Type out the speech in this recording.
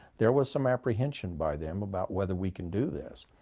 there was some apprehension by them about whether we can do this.